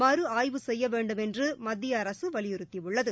மறு ஆய்வு செய்ய வேண்டுமென்று மத்திய அரசு வலியுறுத்தியுள்ளது